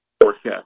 forecast